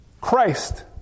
Christ